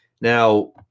Now